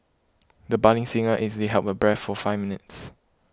the budding singer easily held her breath for five minutes